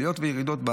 עליות וירידות,